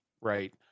right